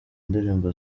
ndirimbo